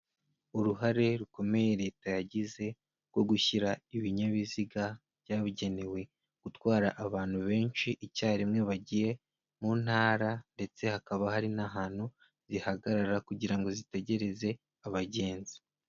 Uruhare rukomeye leta yagize rwo gushyira ibinyabiziga byabugenewe gutwara abantu benshi icyarimwe bagiye mu ntara ndetse hakaba hari n'ahantu zihagarara kugira ngo zitegereze abagenzi.